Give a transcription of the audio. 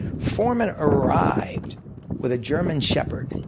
foreman arrived with a german shepherd,